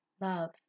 love